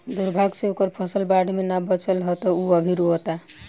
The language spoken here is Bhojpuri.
दुर्भाग्य से ओकर फसल बाढ़ में ना बाचल ह त उ अभी रोओता